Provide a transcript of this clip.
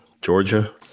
Georgia